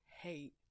hate